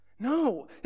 No